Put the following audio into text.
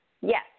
yes